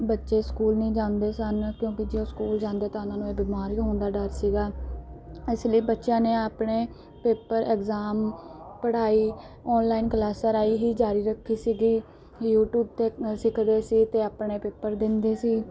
ਬੱਚੇ ਸਕੂਲ ਨਹੀਂ ਜਾਂਦੇ ਸਨ ਕਿਉਂਕਿ ਜੇ ਉਹ ਸਕੂਲ ਜਾਂਦੇ ਤਾਂ ਉਹਨਾਂ ਨੂੰ ਇਹ ਬਿਮਾਰੀ ਹੋਣ ਦਾ ਡਰ ਸੀਗਾ ਇਸ ਲਈ ਬੱਚਿਆਂ ਨੇ ਆਪਣੇ ਪੇਪਰ ਇਗਜ਼ਾਮ ਪੜ੍ਹਾਈ ਆਨਲਾਈਨ ਕਲਾਸਾਂ ਰਾਹੀਂ ਹੀ ਜਾਰੀ ਰੱਖੀ ਸੀਗੀ ਯੂਟਿਊਬ 'ਤੇ ਸਿੱਖਦੇ ਸੀ ਅਤੇ ਆਪਣੇ ਪੇਪਰ ਦਿੰਦੇ ਸੀ